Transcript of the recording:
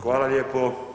Hvala lijepo.